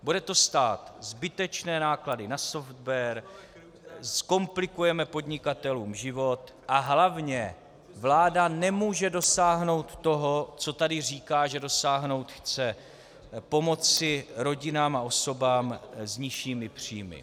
Bude to stát zbytečné náklady na software, zkomplikujeme podnikatelům život a hlavně vláda nemůže dosáhnout toho, co tady říká, že dosáhnout chce pomoci rodinám a osobám s nižšími příjmy.